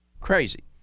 Crazy